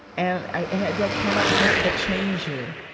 and, i and that cannot help but change you.